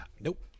Nope